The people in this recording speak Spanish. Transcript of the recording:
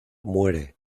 muere